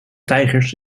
tijgers